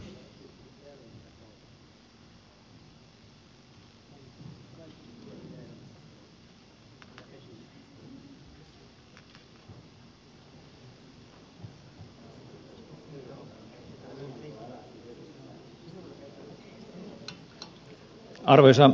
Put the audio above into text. arvoisa puhemies